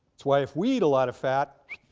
its why if we eat a lot of fat,